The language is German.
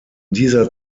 dieser